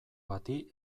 bati